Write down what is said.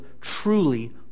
truly